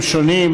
רוחנית.